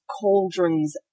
cauldrons